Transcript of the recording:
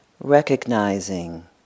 recognizing